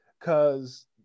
Cause